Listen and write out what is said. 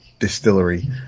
distillery